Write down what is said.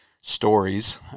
stories